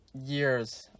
years